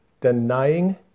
denying